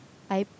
I